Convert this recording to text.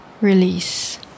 Release